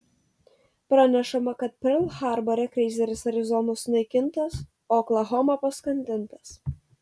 pranešama kad perl harbore kreiseris arizona sunaikintas o oklahoma paskandintas